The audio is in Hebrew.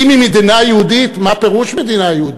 אם היא מדינה יהודית, מה פירוש מדינה יהודית?